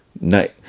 Night